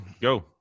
go